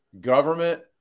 government